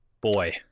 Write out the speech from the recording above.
Boy